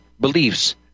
beliefs